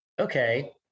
okay